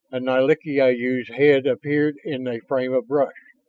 and nalik'ideyu's head appeared in a frame of bush.